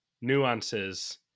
nuances